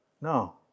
no